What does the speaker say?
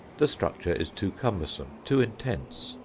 the structure is too cumbersome, too intense,